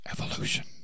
evolution